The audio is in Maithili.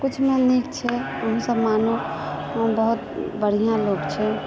सभ किछुमे नीक छै अहूँ सभ मानू बहुत बढ़िआँ लोक छै